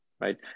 right